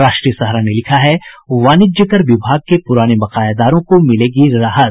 राष्ट्रीय सहारा ने लिखा है वाणिज्य कर विभाग के पुराने बकायेदारों को मिलेगी राहत